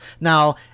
now